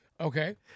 Okay